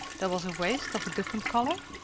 there was a waist of a different color,